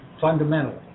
fundamentally